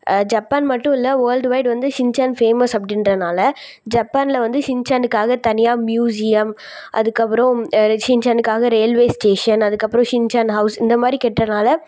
Japan மட்டும் இல்லை world wide வந்து ஷின்சான் ஃபேமஸ் அப்படின்றனாலா ஜப்பானில் வந்து ஷின்சானுக்காக தனியாக மியூசியம் அதுக்கப்புறம் ஷின்சானுக்காக ரயில்வே ஸ்டேஷன் அதுக்கப்புறம் ஷின்சான் ஹவுஸ் இந்தமாதிரி கட்றனால